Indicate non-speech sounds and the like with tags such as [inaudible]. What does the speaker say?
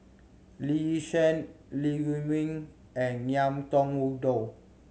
Lee Yi Shyan Lee Huei Min and Ngiam Tong [unintelligible] Dow